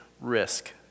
risk